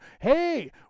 hey